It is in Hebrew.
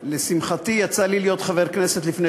לשמחתי יצא לי להיות חבר כנסת לפני